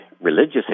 religious